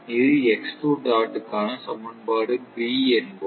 இது க்கான சமன்பாடு என்போம்